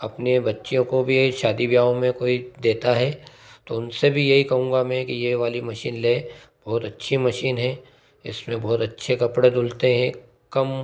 अपने बच्चियों को भी यही शादी ब्याहों में कोई देता है तो उनसे भी यही कहूँगा मैं कि यही वाली मशीन लें बहुत अच्छी मशीन है इसमें बहुत अच्छे कपड़े धुलते है कम